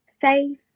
safe